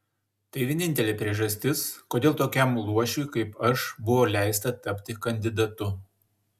tai vienintelė priežastis kodėl tokiam luošiui kaip aš buvo leista tapti kandidatu